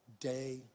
day